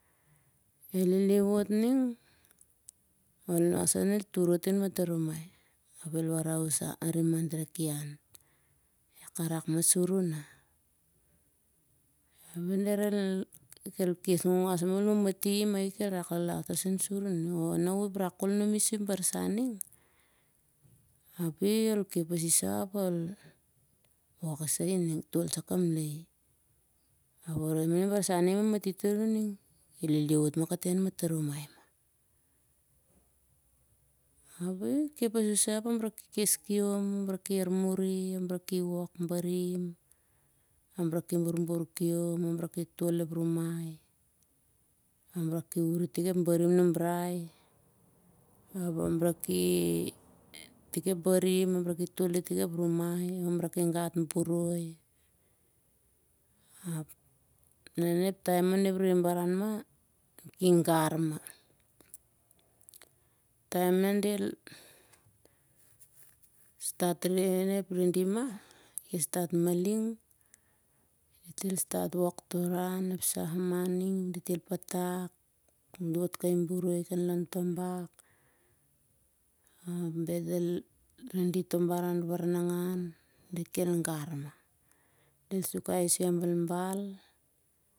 El lili wot ning ap ol nos sah nah el turot ting han matarumai ap el warai uh sah ari mah dara ki han. Iah ka rak mah sur uah na nah ol matiti i mah i kel rak laulau tau sur uh. Oh nah uh ep rak kol numi sur i ep barsan ning ap i ol wok isah oh tol sah kamlaie ap ep barsan ning i matiti tar uh ning el lili wot mah ting an mataruami mah. Ap ikep pas uh sah ap amra ki kes kiom amrah ki armuri amrah ki wok barim. Amrah ki borbor kiom amrah ki tol ep rumai amrah ki wur tik ep barim aivum rau. Amrah ki gat barim, ep rumai amrah ki gat boroi. Ap na ep taem on ep rere baran mah di ki gar mah. Taem nah del stat redi mah di ki stat maling. Wok ep ran ep sah mah ning. Del patak dot kai boroi kan lon toh bak ap del redi baranangan. Dit kel gar mah del sukai soi a balbal.